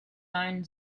own